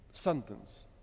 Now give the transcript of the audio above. sentence